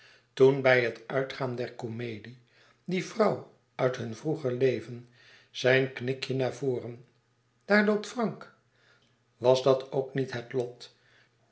toen bij het uitgaan der comedie die vrouw uit hun vroeger leven zijn knikje naar voren daar loopt frank was dat ook niet het lot